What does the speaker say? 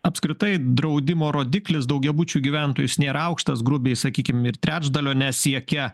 apskritai draudimo rodiklis daugiabučių gyventojų jis nėra aukštas grubiai sakykim ir trečdalio nesiekia